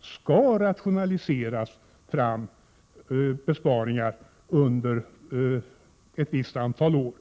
skall rationaliseras eller sparas under ett visst antal år.